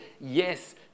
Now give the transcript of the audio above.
yes